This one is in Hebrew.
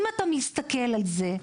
אם אתה מסתכל על זה,